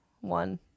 one